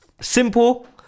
Simple